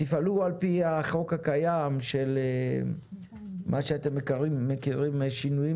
שתפעלו על פי החוק הקיים של מה שאתם מכירים "שינויים